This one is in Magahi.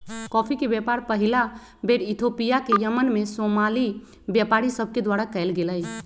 कॉफी के व्यापार पहिल बेर इथोपिया से यमन में सोमाली व्यापारि सभके द्वारा कयल गेलइ